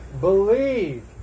Believe